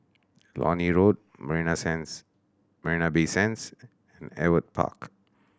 Lornie Road Marina Sands Marina Bay Sands and Ewart Park